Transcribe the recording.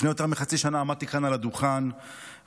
לפני יותר מחצי שנה עמדתי כאן על הדוכן ונימקתי